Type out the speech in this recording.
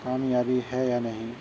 کامیابی ہے یا نہیں